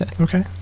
Okay